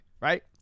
Right